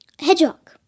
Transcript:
hedgehog